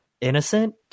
innocent